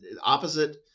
opposite